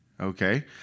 Okay